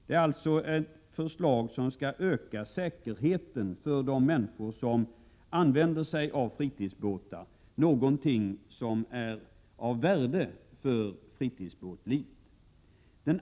Det är alltså ett förslag som skall öka säkerheten för de människor som använder sig av fritidsbåtar, någonting som är av värde för fritidsbåtlivet.